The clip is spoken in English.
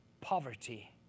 poverty